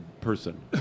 person